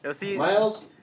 Miles